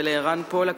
ולערן פולק,